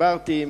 דיברתי עם